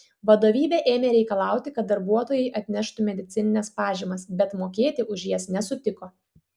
vadovybė ėmė reikalauti kad darbuotojai atneštų medicinines pažymas bet mokėti už jas nesutiko